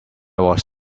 was